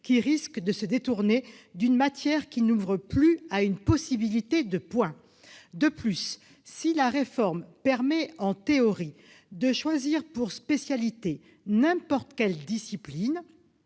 qui risquent de se détourner d'une matière n'ouvrant plus une « possibilité de points ». De plus, si la réforme permet en théorie de choisir pour spécialité n'importe quelle discipline,